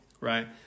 right